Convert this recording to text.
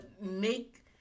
make